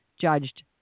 judged